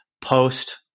post